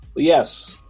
yes